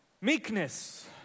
Meekness